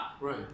right